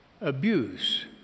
Abuse